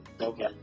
Okay